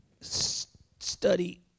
study